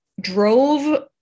drove